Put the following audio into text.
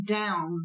down